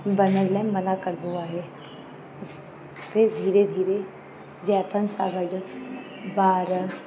वञण लाइ मना कबो आहे फ़िर धीरे धीरे जाइफ़ुनि सां गॾु ॿार